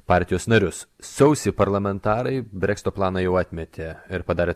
partijos narius sausį parlamentarai breksito planą jau atmetė ir padarė